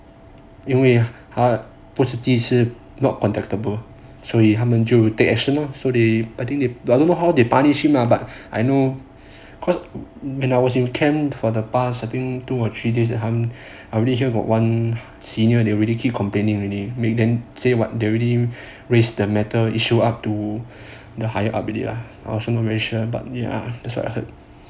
因为他不是第一次 not contactable 所以他们就 take action lor so they I think they I don't know how they punish him lah but I know cause when I was in camp for the past I think two or three days at I really hear got one senior they really keep complaining already waste their time say what they already raised the matter issue up to the higher ability are also not very sure but ya that's what I heard